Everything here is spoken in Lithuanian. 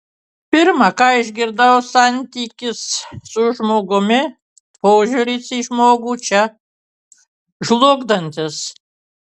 pirma ką išgirdau santykis su žmogumi požiūris į žmogų čia žlugdantis